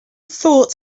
thought